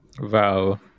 Wow